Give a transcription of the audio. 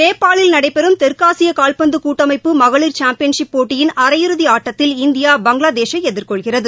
நேபாளில் நடைபெறும் தெற்காசியகால்பந்துகூட்டமைப்பு மகளிர் சாம்பியன்ஷிப் போட்டியின் அரையிறுதிஆட்டத்தில் இந்தியா பங்களாதேஷை எதிர்கொள்கிறது